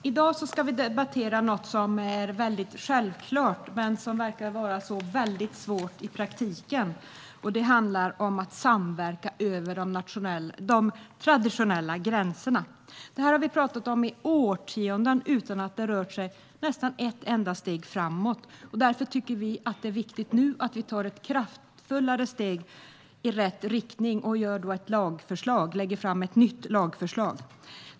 Fru talman! I dag ska vi debattera något som är självklart men som verkar vara svårt i praktiken. Det handlar om att samverka över de traditionella gränserna. Vi har pratat om detta i årtionden, nästan utan att det rört sig ett enda steg framåt. Därför tycker vi att det nu är viktigt att vi tar ett kraftfullare steg i rätt riktning och lägger fram ett nytt lagförslag.